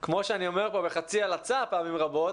כמו שאני אומר פה בחצי הלצה פעמים רבות,